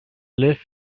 live